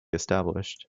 established